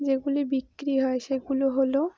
যেগুলি বিক্রি হয় সেগুলো হলো